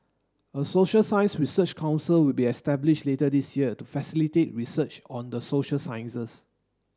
a social science research council will be established later this year to facilitate research on the social sciences